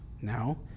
Now